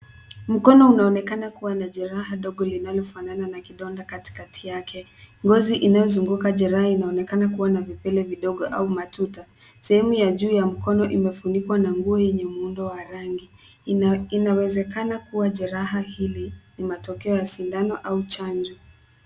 Mkono unaonekana kuwa na jeraha ndogo lilofanana na kidonda katikati yake. Ngozi inayozunguka jeraha inaonekana kuwa vipele vidogo au matuta. Sehemu ya juu ya mkono imefunikwa na nguo yenye muundo wa rangi. Inawezekana kuwa jeraha hili ni matokeo ya sindano au chanjo.